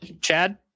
Chad